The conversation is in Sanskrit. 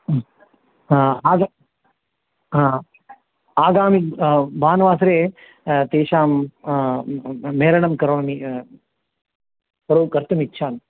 हा आग हा आगामि भानुवासरे तेषां मेलनं करोमि करो कर्तुमिच्छामि